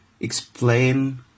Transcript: explain